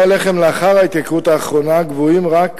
הלחם לאחר ההתייקרות האחרונה גבוהים רק